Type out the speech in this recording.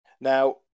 Now